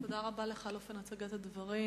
תודה רבה לך על אופן הצגת הדברים.